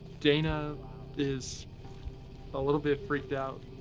idana is a little bit freaked out.